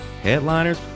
headliners